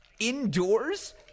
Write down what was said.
Indoors